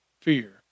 fear